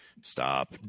Stop